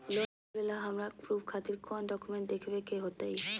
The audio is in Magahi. लोन लेबे ला हमरा प्रूफ खातिर कौन डॉक्यूमेंट देखबे के होतई?